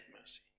mercy